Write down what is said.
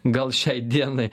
gal šiai dienai